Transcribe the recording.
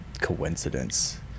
coincidence